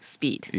Speed